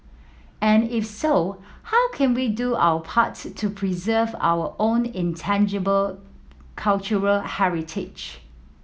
and if so how can we do our part to preserve our own intangible cultural heritage